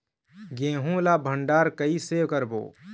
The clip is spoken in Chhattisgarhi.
गेहूं ला भंडार कई से करबो?